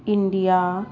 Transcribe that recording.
India